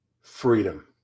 freedom